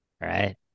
right